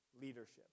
leadership